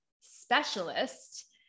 specialist